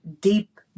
deep